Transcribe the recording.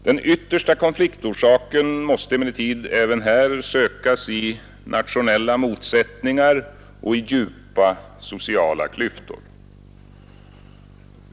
Den yttersta konfliktorsaken måste emellertid även här sökas i nationella motsättningar och djupa sociala klyftor.